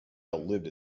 outlived